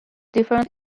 different